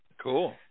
Cool